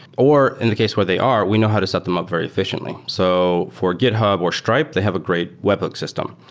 or in the case where they are, we know how to set them up very effi ciently. so for github or stripe, they have a great webhook system.